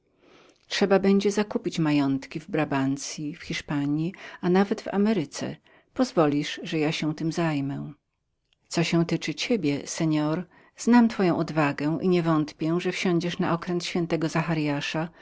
trzeba będzie zakupić majątki w brabancie w hiszpanji a nawet w ameryce pozwolisz że ja się tem zajmę co się tyczy ciebie seor znam twoją odwagę i nie wątpię że wsiądziesz na okręt